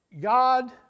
God